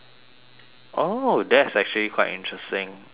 oh that's actually quite interesting because